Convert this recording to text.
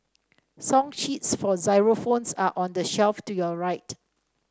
song sheets for xylophones are on the shelf to your right